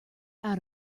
out